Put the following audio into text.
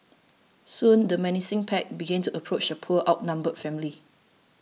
soon the menacing pack began to approach the poor outnumbered family